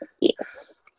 yes